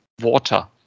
water